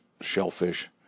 shellfish